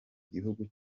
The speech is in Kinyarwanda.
gihugu